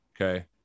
okay